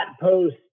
post